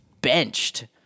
benched